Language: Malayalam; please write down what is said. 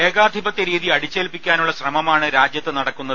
ഏകാധിപത്യ രീതി അടിച്ചേൽപ്പിക്കാനുള്ള ശ്രമമാണ് രാജ്യത്ത് നടക്കുന്നത്